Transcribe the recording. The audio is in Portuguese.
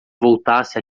voltasse